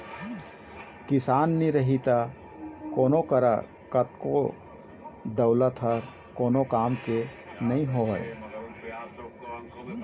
किसान नी रही त कोनों करा कतनो दउलत रहें एको काम के नी होय